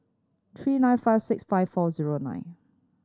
three nine five six five four zero nine